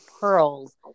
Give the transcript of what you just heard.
pearls